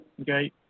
Okay